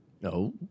no